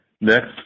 Next